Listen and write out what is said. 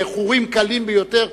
באיחורים קלים ביותר,